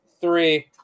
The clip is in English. Three